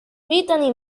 brittany